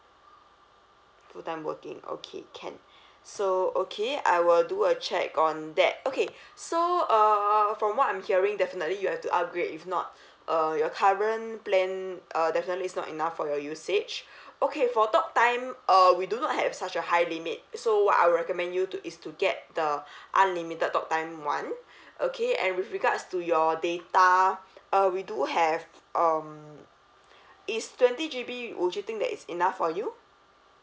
full time working okay can so okay I will do a check on that okay so uh from what I'm hearing definitely you have to upgrade if not uh your current plan uh definitely is not enough for your usage okay for talk time uh we do not have such a high limit so what I will recommend you to is to get the unlimited talk time [one] okay and with regards to your data uh we do have um is twenty G_B would you think that is enough for you